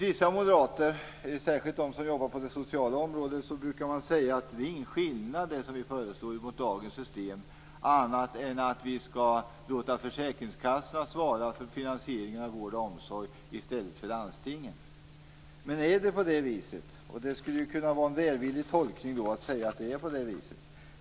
Vissa moderater, särskilt de som jobbar på det sociala området, brukar säga att det som de föreslår inte skiljer sig från dagens system på annat sätt än att man skall låta försäkringskassorna svara för finansieringen av vård och omsorg i stället för landstingen. Men är det på detta sätt? Det skulle kunna vara en välvillig tolkning att säga att det är på det sättet.